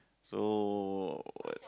so